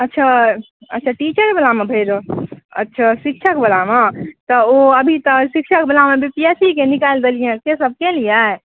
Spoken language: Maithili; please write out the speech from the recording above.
अच्छा अच्छा टीचर वालामे भरि रहल छी अच्छा शिक्षक वालामे तऽ ओ अभी तऽ शिक्षक वालामे बीपीएससीके निकालि देलियै से सब केलियै